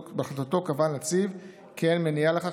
בהחלטתו קבע הנציב כי אין מניעה לכך